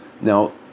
Now